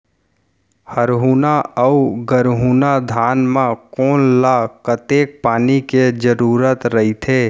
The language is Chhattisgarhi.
हरहुना अऊ गरहुना धान म कोन ला कतेक पानी के जरूरत रहिथे?